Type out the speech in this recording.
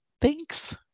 Thanks